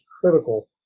critical